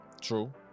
true